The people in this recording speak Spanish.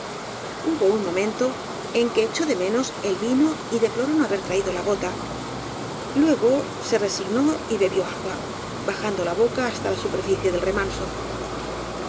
hubo un momento en que echó de menos el vino y deploró no haber traído la bota luego se resignó y bebió agua bajando la boca hasta la su perficie del remanso